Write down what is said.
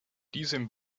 diesem